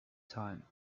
time